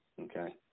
Okay